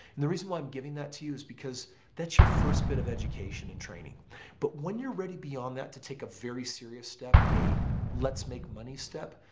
and the reason why i'm giving that to you is because that's your first bit of education and training but when you're ready beyond that to take a very serious step, a let's make money step.